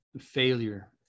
failure